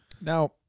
now